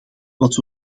wat